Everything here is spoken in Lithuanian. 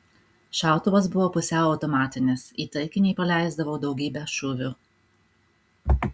šautuvas buvo pusiau automatinis į taikinį paleisdavau daugybę šūvių